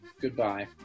goodbye